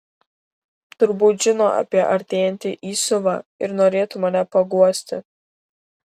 turbūt žino apie artėjantį įsiuvą ir norėtų mane paguosti